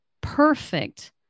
perfect